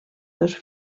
dos